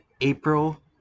April